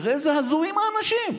תראה הזויים האנשים.